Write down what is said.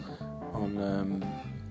on